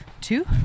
two